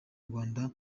rwanda